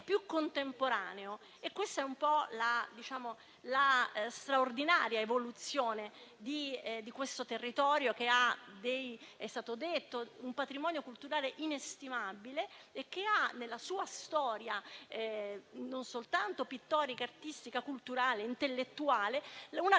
Questa è la straordinaria evoluzione di questo territorio, che ha - com'è stato detto - un patrimonio culturale inestimabile e ha nella sua storia, non soltanto pittorica, artistica, culturale e intellettuale, una capacità